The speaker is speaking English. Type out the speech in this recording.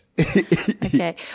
Okay